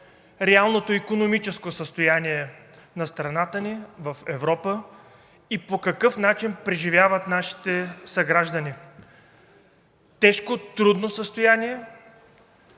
реалното икономическо състояние на страната ни в Европа и по какъв начин преживяват нашите съграждани. Тежко, трудно състояние,